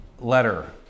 letter